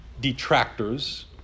detractors